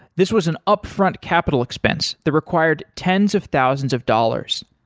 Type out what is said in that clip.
this was an upfront capital expense the required tens of thousands of dollars.